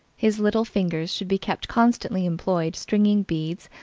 his little fingers should be kept constantly employed stringing beads,